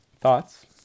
Thoughts